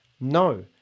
No